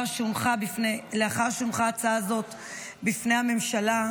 לאחר שהונחה הצעה זאת בפני הממשלה,